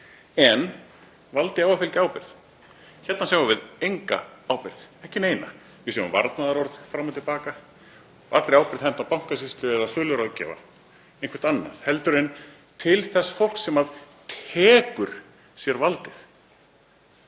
En valdi á að fylgja ábyrgð. Hérna sjáum við enga ábyrgð, ekki neina. Við heyrum varnaðarorð fram og til baka og allri ábyrgð hent á Bankasýslu eða söluráðgjafa, eitthvert annað en til þess fólks sem tekur sér valdið.